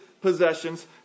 possessions